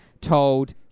told